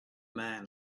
man